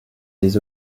des